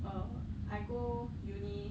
uh I go uni